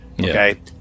okay